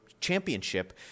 championship